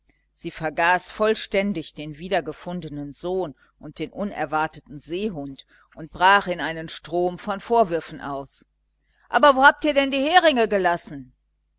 sie vergaß vollständig den wiedergefundenen sohn und den unerwarteten seehund und brach in einen strom von vorwürfen aus aber wo habt ihr denn die heringe gelassen